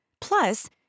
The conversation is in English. Plus